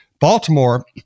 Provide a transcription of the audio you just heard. Baltimore